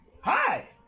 Hi